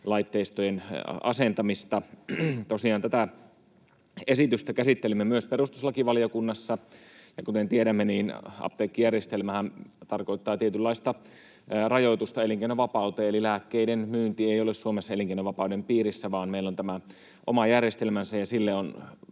asentamista. Tosiaan tätä esitystä käsittelimme myös perustuslakivaliokunnassa, ja kuten tiedämme, apteekkijärjestelmähän tarkoittaa tietynlaista rajoitusta elinkeinovapauteen. Eli lääkkeiden myynti ei ole Suomessa elinkeinovapauden piirissä, vaan meillä on tälle oma järjestelmänsä. Sille on